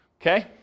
Okay